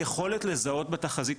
היכולת לזהות בתחזית,